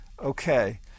Okay